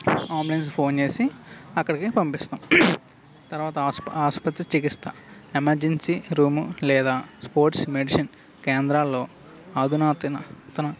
ambulance phone చేసి అక్కడికి పంపిస్తాం తర్వాత ఆస్ ఆసుపత్రి చికిత్స ఎమర్జెన్సీ రూము లేదా స్పోర్ట్స్ మెడిసిన్ కేంద్రాల్లో ఆధునాతన తన